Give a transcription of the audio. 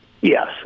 Yes